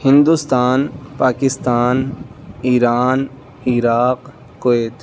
Hindustan Pakistan Iran Iraq Kuwait